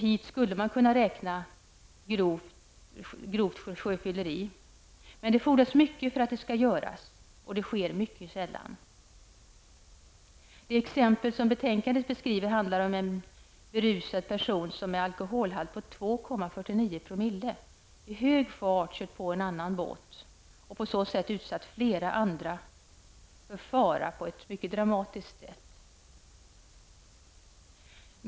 Hit skulle man kunna räkna grovt sjöfylleri. Men det fordras mycket för sådan återkallelse, och den sker väldigt sällan. Det exempel som betänkandet beskriver handlar om en berusad person, som med en alkoholhalt på 2,49 " i hög fart körde på en annan båt och därmed utsatte flera andra för fara på ett mycket dramatiskt sätt.